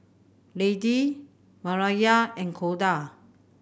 Lady Myrna and Koda